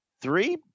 three